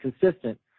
consistent